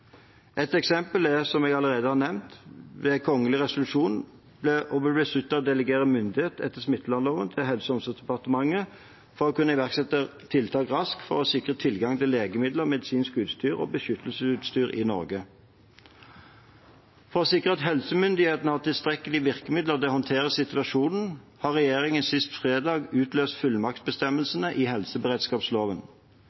Et eksempel er, som jeg allerede har nevnt, at det ved kongelig resolusjon ble besluttet å delegere myndighet etter smittevernloven til Helse- og omsorgsdepartementet for å kunne iverksette tiltak raskt for å sikre tilgang til legemidler, medisinsk utstyr og beskyttelsesutstyr i Norge. For å sikre at helsemyndighetene har tilstrekkelige virkemidler til å håndtere situasjonen, utløste regjeringen sist fredag